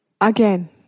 Again